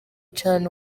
cane